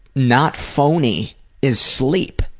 not phony is sleep.